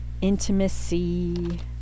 intimacy